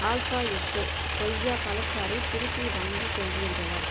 alpha எட்டு கொய்யா பழச்சாறை திருப்பி வாங்கிக் கொள்வீர்களா